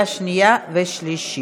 29 חברי